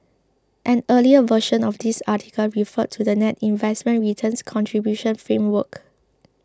an earlier version of this article referred to the net investment returns contribution framework